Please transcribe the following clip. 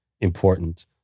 important